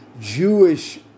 Jewish